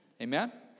Amen